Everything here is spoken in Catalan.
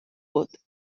vot